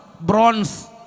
Bronze